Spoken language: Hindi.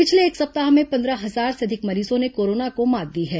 पिछले एक सप्ताह में पंद्रह हजार से अधिक मरीजों ने कोरोना को मात दी है